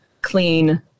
clean